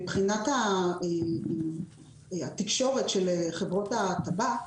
מבחינת התקשורת של חברות הטבק,